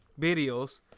videos